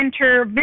enter